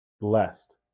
Blessed